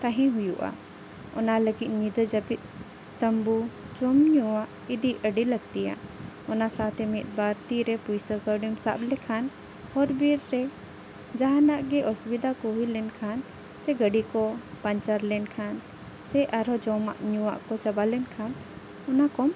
ᱛᱟᱦᱮᱸ ᱦᱩᱭᱩᱜᱼᱟ ᱚᱱᱟ ᱞᱟᱹᱜᱤᱫ ᱧᱤᱫᱟᱹ ᱡᱟᱹᱯᱤᱫ ᱛᱟᱢᱵᱩ ᱡᱚᱢ ᱧᱩᱣᱟᱜ ᱤᱫᱤ ᱟᱹᱰᱤ ᱞᱟᱹᱠᱛᱤᱭᱟ ᱚᱱᱟ ᱥᱟᱶᱛᱮ ᱢᱤᱫ ᱵᱟᱨ ᱛᱤᱨᱮ ᱯᱚᱭᱥᱟ ᱠᱟᱹᱣᱰᱤᱢ ᱥᱟᱵ ᱞᱮᱠᱷᱟᱱ ᱦᱚᱨ ᱵᱤᱨ ᱨᱮ ᱡᱟᱦᱟᱱᱟᱜ ᱜᱮ ᱚᱥᱩᱵᱤᱫᱷᱟ ᱠᱚ ᱦᱩᱭ ᱞᱮᱱ ᱠᱷᱟᱱ ᱥᱮ ᱜᱟᱹᱰᱤ ᱠᱚ ᱯᱟᱢᱪᱟᱨ ᱞᱮᱱᱠᱷᱟᱱ ᱥᱮ ᱟᱨᱦᱚᱸ ᱡᱚᱢᱟᱜ ᱧᱩᱣᱟᱜ ᱠᱚ ᱪᱟᱵᱟ ᱞᱮᱱ ᱠᱷᱟᱱ ᱚᱱᱟ ᱠᱚᱢ